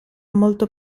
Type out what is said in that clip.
molto